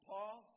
Paul